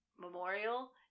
Memorial